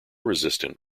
resistant